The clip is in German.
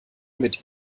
mit